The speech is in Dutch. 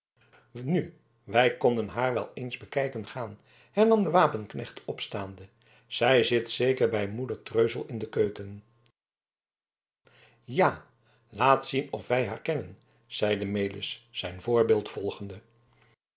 nu wij konden haar wel eens bekijken gaan hernam de wapenknecht opstaande zij zit zeker bij moeder treuzel in de keuken ja laat zien of wij haar kennen zeide melis zijn voorbeeld volgende